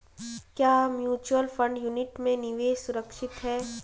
क्या mutual fund unit में निवेश सुरक्षित है?